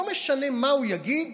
לא משנה מה הוא יגיד,